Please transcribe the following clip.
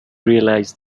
realise